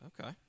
okay